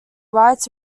writes